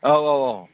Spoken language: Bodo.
औ औ औ